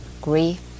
grief